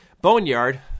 Boneyard